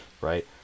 right